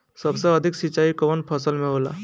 सबसे अधिक सिंचाई कवन फसल में होला?